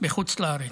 בחוץ לארץ.